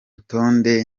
rutonde